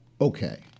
Okay